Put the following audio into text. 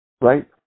right